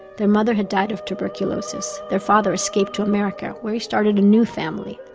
their mother had died of tuberculosis. their father escaped to america where he started a new family,